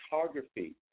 photography